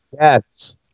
Yes